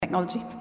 technology